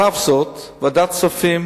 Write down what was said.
על אף זאת, ועדת הכספים